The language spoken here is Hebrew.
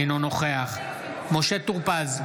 אינו נוכח משה טור פז,